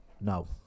No